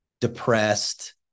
depressed